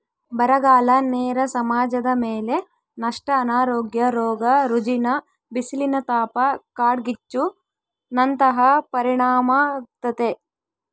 ಬರಗಾಲ ನೇರ ಸಮಾಜದಮೇಲೆ ನಷ್ಟ ಅನಾರೋಗ್ಯ ರೋಗ ರುಜಿನ ಬಿಸಿಲಿನತಾಪ ಕಾಡ್ಗಿಚ್ಚು ನಂತಹ ಪರಿಣಾಮಾಗ್ತತೆ